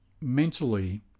mentally